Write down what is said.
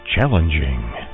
Challenging